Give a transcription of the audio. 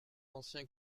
ancien